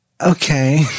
Okay